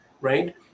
right